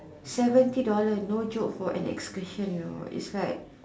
seventy dollar no joke for an excursion you know no joke it's like